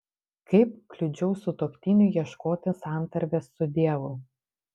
kaip kliudžiau sutuoktiniui ieškoti santarvės su dievu